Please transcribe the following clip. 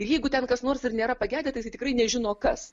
ir jeigu ten kas nors ir nėra pagedę tai tikrai nežino kas